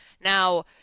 Now